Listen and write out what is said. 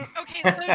Okay